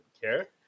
care